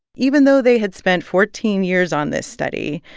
even though they had spent fourteen years on this study,